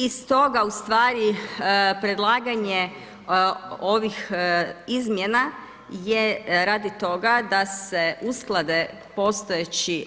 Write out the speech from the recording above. Iz toga ustvari predlaganje ovih izmjena je radi toga da se usklade postojeći